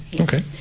Okay